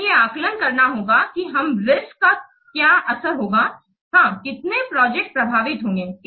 हमें यह आकलन करना होगा कि इस रिस्क का क्या असर होगा हां कितने प्रोजेक्ट प्रभावित होंगे